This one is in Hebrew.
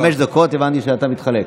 חמש דקות, הבנתי שאתה מתחלק.